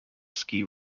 ski